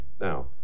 Now